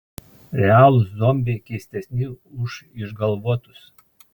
realūs zombiai keistesni už išgalvotus